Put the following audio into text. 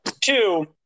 Two